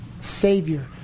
savior